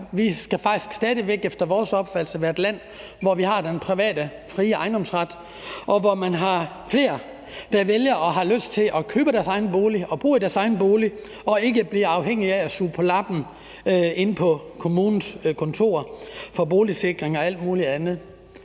Vi skal efter vores opfattelse faktisk stadig væk være et land, hvor vi har den private og frie ejendomsret, og hvor der er flere, der vælger og har lyst til at købe deres egen bolig og bo i deres egen bolig og ikke skal stå med hatten i hånden inde på kommunens kontorer for boligsikring og alt muligt andet.